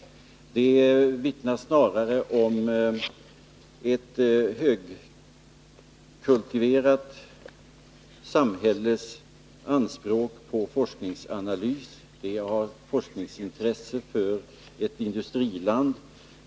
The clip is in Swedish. De vittnar snarare om ett högkultiverat samhälles anspråk på forskningsanalys. De är av forskningsintresse för ett i-land.